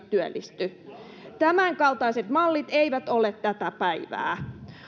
työllisty tämänkaltaiset mallit eivät ole tätä päivää